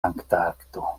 antarkto